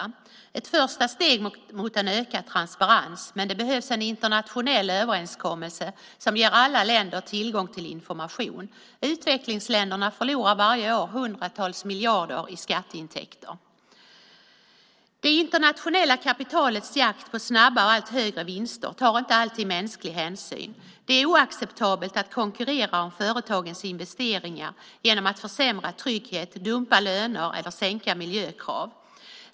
Det är ett första steg mot en ökad transparens, men det behövs en internationell överenskommelse som ger alla länder tillgång till information. Utvecklingsländerna förlorar varje år hundratals miljarder i skatteintäkter. Det internationella kapitalets jakt på snabba och allt högre vinster tar inte alltid mänsklig hänsyn. Det är oacceptabelt att konkurrera om företagens investeringar genom att försämra tryggheten, dumpa löner eller sänka miljökrav.